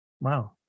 Wow